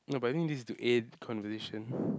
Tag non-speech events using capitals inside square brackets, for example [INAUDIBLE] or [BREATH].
no but I think this is to aid the conversation [BREATH]